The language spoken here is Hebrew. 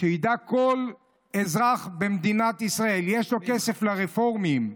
שידע כל אזרח במדינת ישראל: יש לו כסף לרפורמים.